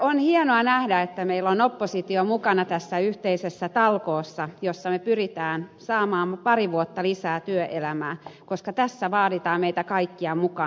on hienoa nähdä että meillä on oppositio mukana tässä yhteisessä talkoossa jossa me pyrimme saamaan pari vuotta lisää työelämää koska tässä vaaditaan meitä kaikkia mukaan